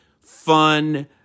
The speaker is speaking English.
fun